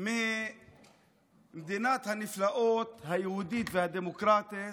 ממדינת הנפלאות היהודית והדמוקרטית,